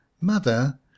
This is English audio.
Mother